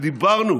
דיברנו